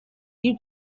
you